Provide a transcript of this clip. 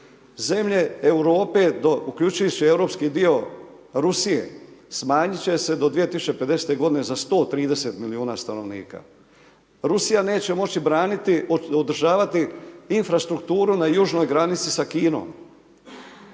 Zemlje Europe uključujući europski dio Rusije, smanjit će se do 2050. g. za 130 milijuna stanovnika. Rusija neće moći održavati infrastrukturu na južnoj granici sa Kinom.